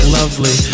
lovely